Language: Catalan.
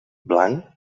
blanc